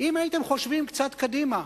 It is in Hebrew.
אם הייתם חושבים קצת קדימה,